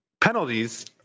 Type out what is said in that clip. penalties